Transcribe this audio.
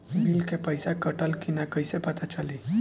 Bill के पइसा कटल कि न कइसे पता चलि?